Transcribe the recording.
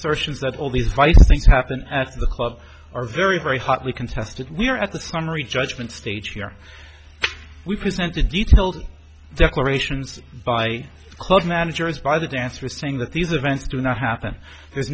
distortions that all these vice things happen at the club are very very hotly contested we are at the summary judgment stage where we present the detailed declarations by club managers by the dancers saying that these events do not happen there's